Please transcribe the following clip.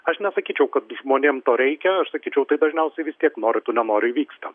aš nesakyčiau kad žmonėm to reikia aš sakyčiau tai dažniausiai vis tiek nori tu nenori įvyksta